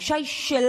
הבושה היא שלנו,